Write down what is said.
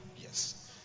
yes